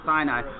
Sinai